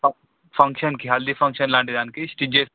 ఫం ఫంక్షన్కి హల్దీ ఫంక్షన్ లాంటి దానికి స్టిచ్ చేసి